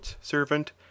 servant